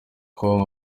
com